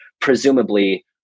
presumably